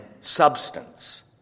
substance